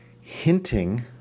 hinting